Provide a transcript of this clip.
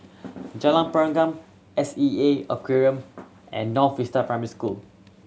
Jalan Pergam S E A Aquarium and North Vista Primary School